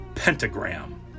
Pentagram